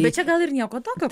bet čia gal ir nieko tokio